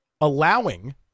allowing